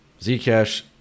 Zcash